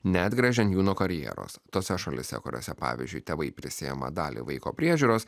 neatgręžiant jų nuo karjeros tose šalyse kuriose pavyzdžiui tėvai prisiima dalį vaiko priežiūros